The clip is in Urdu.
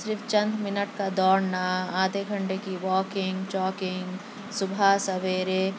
صرف چند مِنٹ کا دوڑنا آدھے گھنٹے کی واکنگ جاکنگ صبحح سویرے